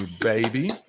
baby